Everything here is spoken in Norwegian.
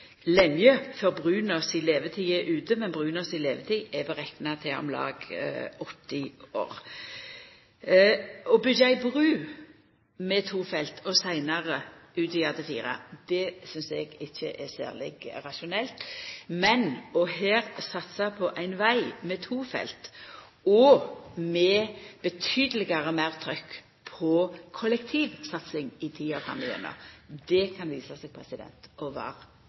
lenge før brua si levetid er ute. Brua si levetid er rekna til om lag 80 år. Å byggja ei bru med to felt og seinare utvida til fire synest eg ikkje er særleg rasjonelt. Men å satsa på ein veg med to felt her og med betydeleg meir trykk på kollektivsatsing i tida framover kan visa seg å